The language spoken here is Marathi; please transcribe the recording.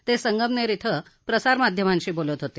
ते संगमनेर इथं प्रसारमाध्यमांशी बोलत होते